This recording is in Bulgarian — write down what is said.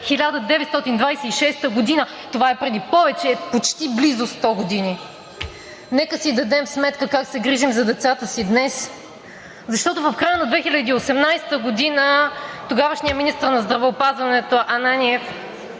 1926 г. – това е преди повече – почти близо 100 години. Нека си дадем сметка как се грижим за децата си днес, защото в края на 2018 г. тогавашният министър на здравеопазването Ананиев